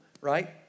right